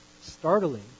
startling